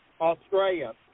Australia